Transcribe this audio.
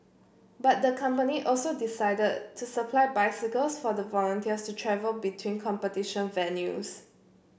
but the company also decided to supply bicycles for the volunteers to travel between competition venues